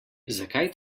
zakaj